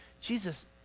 Jesus